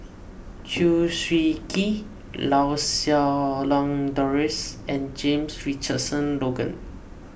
Chew Swee Kee Lau Siew Lang Doris and James Richardson Logan